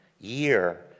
year